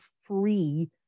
free